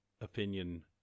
opinion